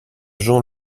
jean